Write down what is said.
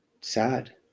sad